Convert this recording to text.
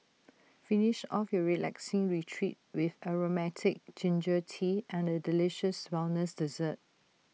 finish off your relaxing retreat with Aromatic Ginger Tea and A delicious wellness dessert